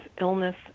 illness